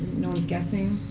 no one's guessing.